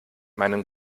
meinen